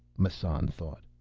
massan thought.